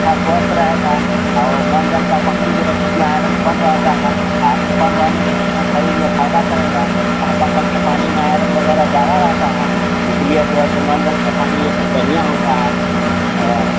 अच्छा स्वास्थ्य रहेगा और नल जल का पानी जो है सो उसमें आयरन कम रहता है आयरन कम रहने के कारण शरीर में फायदा करेगा चापाकल के पानी में आयरन वगैरह ज्यादा रहता है इसलिए जो है सो नल जल का पानी ये सब बढ़िया होता है